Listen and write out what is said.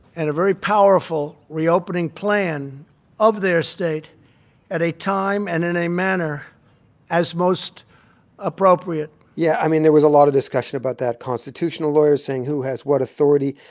and a very powerful reopening plan of their state at a time and in a manner as most appropriate yeah. i mean, there was a lot of discussion about that constitutional lawyers saying who has what authority.